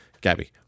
Gabby